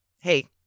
Hey